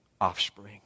offspring